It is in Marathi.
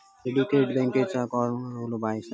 सिंडिकेट बँकेचा कॅनरा बँकेत विलीनीकरण झाला असा